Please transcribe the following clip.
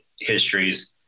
histories